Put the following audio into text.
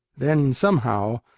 then somehow,